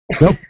Nope